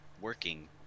working